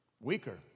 weaker